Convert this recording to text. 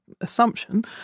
assumption